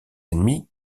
ennemis